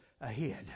ahead